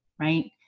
right